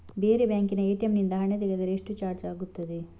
ಬೇರೆ ಬ್ಯಾಂಕಿನ ಎ.ಟಿ.ಎಂ ನಿಂದ ಹಣ ತೆಗೆದರೆ ಎಷ್ಟು ಚಾರ್ಜ್ ಆಗುತ್ತದೆ?